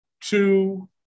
two